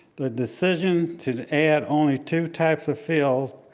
the decision to add only two types of field,